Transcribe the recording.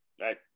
Right